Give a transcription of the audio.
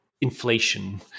inflation